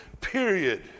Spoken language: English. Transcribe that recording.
period